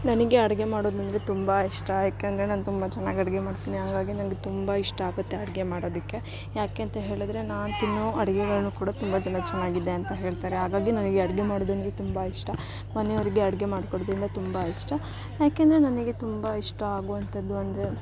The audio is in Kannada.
ನನಗೆ ಅಡಿಗೆ ಮಾಡೋದಂದರೆ ತುಂಬ ಇಷ್ಟ ಯಾಕಂದ್ರೆ ನಾನು ತುಂಬ ಚೆನ್ನಾಗ್ ಅಡಿಗೆ ಮಾಡ್ತಿನಿ ಹಂಗಾಗಿ ನಂಗೆ ತುಂಬ ಇಷ್ಟ ಆಗುತ್ತೆ ಅಡಿಗೆ ಮಾಡೋದಕ್ಕೆ ಯಾಕೆಂತ ಹೇಳಿದರೆ ನಾನು ತಿನ್ನೊ ಅಡಿಗೆಗಳ್ನು ಕೂಡ ತುಂಬ ಜನ ಚೆನ್ನಾಗಿದೆ ಅಂತ ಹೇಳ್ತಾರೆ ಹಾಗಾಗಿ ನನಗೆ ಅಡಿಗೆ ಮಾಡೋದಂದರೆ ತುಂಬ ಇಷ್ಟ ಮನೆಯವ್ರಿಗೆ ಅಡಿಗೆ ಮಾಡ್ಕೊಡ್ದಿಂದ ತುಂಬ ಇಷ್ಟ ಯಾಕಂದ್ರೆ ನನಗೆ ತುಂಬ ಇಷ್ಟ ಆಗುವಂಥದ್ದು ಅಂದರೆ